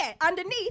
underneath